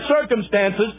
circumstances